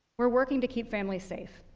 we're working to keep families safe.